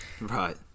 Right